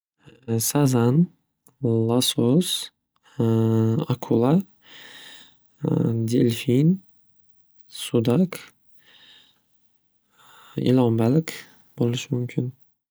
Sazan, lasos akula, delfin, sudak, ilon baliq bo'lishi mumkin.